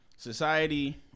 Society